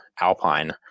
alpine